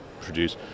produce